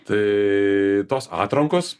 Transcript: tai tos atrankos